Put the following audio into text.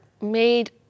made